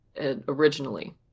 originally